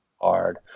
hard